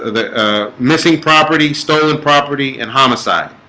the missing property stolen property and homicide